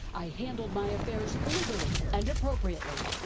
i handled my affairs legally and appropriately.